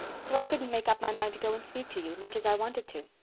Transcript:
so i couldn't make up my mind to go and speak to you, much as i wanted to.